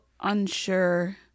unsure